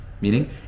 Meaning